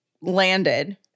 landed